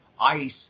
ICE